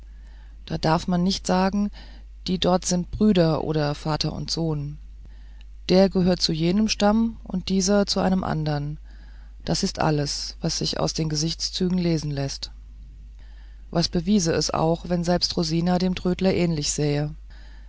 da darf man nicht sagen die dort sind brüder oder vater und sohn der gehört zu jenem stamm und dieser zu einem andern das ist alles was sich aus den gesichtszügen lesen läßt was bewiese es auch wenn selbst rosina dem trödler ähnlich sähe